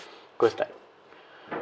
cause like